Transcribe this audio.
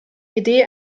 idee